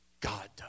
God